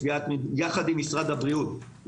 יחד עם משרד הבריאות,